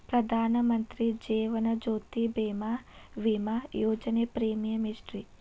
ಪ್ರಧಾನ ಮಂತ್ರಿ ಜೇವನ ಜ್ಯೋತಿ ಭೇಮಾ, ವಿಮಾ ಯೋಜನೆ ಪ್ರೇಮಿಯಂ ಎಷ್ಟ್ರಿ?